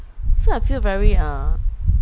so I feel very uh